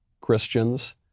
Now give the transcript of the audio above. Christians